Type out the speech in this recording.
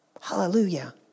Hallelujah